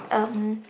um